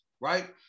Right